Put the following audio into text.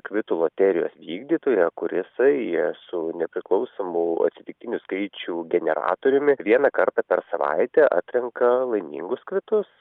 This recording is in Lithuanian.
kvitų loterijos vykdytoją kur jisai su nepriklausomu atsitiktinių skaičių generatoriumi vieną kartą per savaitę atrenka laimingus kvitus